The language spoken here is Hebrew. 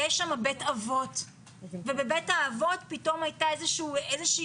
שיש בה בית אבות ובבית האבות פתאום הייתה איזושהי